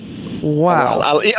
Wow